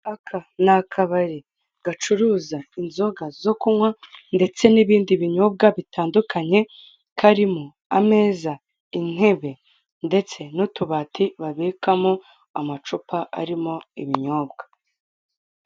Aka ni akabari gacuruza inzoga zo kunkwa ndetse n'ibindi binyobwa bitandukanye, karimo ameza intebe ndetse n'utubati babikamo amacupa arimo ibinyobwa.